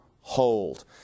hold